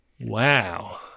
Wow